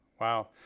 Wow